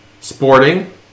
sporting